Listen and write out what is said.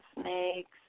snakes